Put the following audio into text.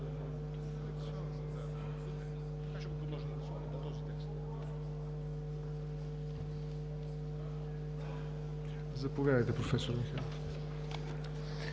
Заповядайте, проф. Михайлов,